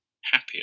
happier